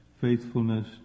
faithfulness